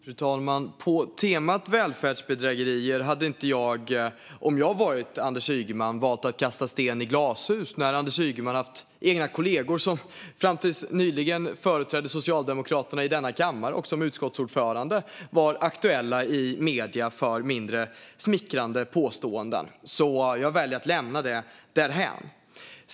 Fru talman! På temat välfärdsbedrägerier hade inte jag, om jag varit Anders Ygeman, valt att kasta sten i glashus, då Anders Ygeman haft egna kollegor som fram till nyligen företrädde Socialdemokraterna i denna kammare och som utskottsordförande varit aktuella i medier för mindre smickrande påståenden. Jag väljer att lämna det därhän.